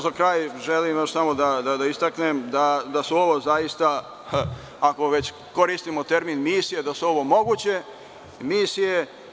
Za kraj želim još samo da istaknem da su ovo zaista, ako već koristimo termin misija, moguće misije.